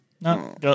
No